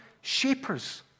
shapers